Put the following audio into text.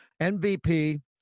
MVP